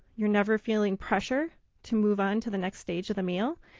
you are never feeling pressure to move on to the next stage of the meal.